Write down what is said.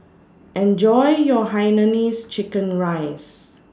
Enjoy your Hainanese Chicken Rice